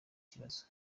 kibazo